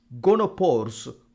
Gonopores